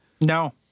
no